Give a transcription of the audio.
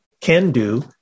can-do